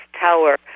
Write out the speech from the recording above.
Tower